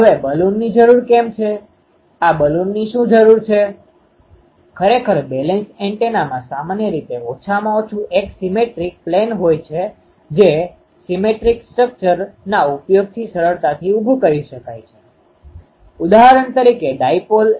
હવે તે બ્રોડકાસ્ટીંગbroadcastingપ્રસારણ પ્રકારના એન્ટેના માટે ખૂબ જ સારું છે કારણ કે આ વાયર એન્ટેના રેડિયો પ્રસારણ અથવા ટીવી પ્રસારણ પ્રકારની એપ્લિકેશન્સ માટે ઉપયોગમાં લેવાય છે પરંતુ તે ક્ષણ બિંદુથી બિંદુ સંચાર સેલ્યુલર ટેલિફોન વગેરેની મદદથી પ્રસારિત કરે છે